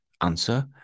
Answer